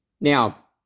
Now